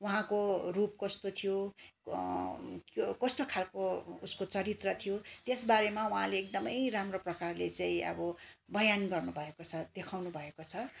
उहाँको रूप कस्तो थियो कस्तो खालको उसको चरित्र थियो त्यसबारेमा उहाँले एकदमै राम्रो प्रकारले चाहिँ अब बयान गर्नु भएको छ देखाउनु भएको छ